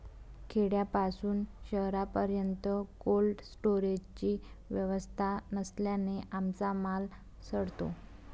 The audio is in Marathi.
खेड्यापासून शहरापर्यंत कोल्ड स्टोरेजची व्यवस्था नसल्याने आमचा माल सडतो